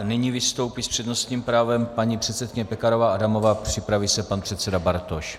Nyní vystoupí s přednostním právem paní předsedkyně Pekarová Adamová, připraví se pan předseda Bartoš.